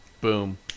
Boom